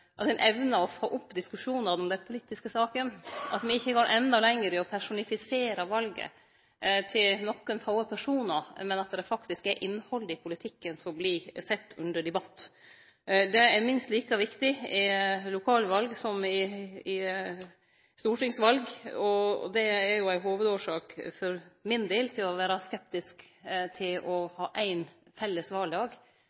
ein evnar å få opp diskusjonane om dei politiske sakene, at me ikkje går endå lenger i å personifisere valet til nokre få personar, men at det faktisk er innhaldet i politikken som vert sett under debatt. Det er minst like viktig i lokalval som i stortingsval. Det er for min del ei hovudårsak til å vere skeptisk til å